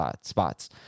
spots